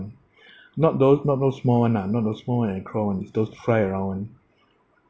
not those not those small [one] lah not those small [one] and crawl [one] is those fly around [one]